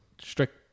strict